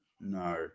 no